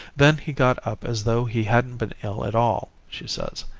then he got up as though he hadn't been ill at all, she says.